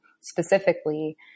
specifically